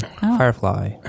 Firefly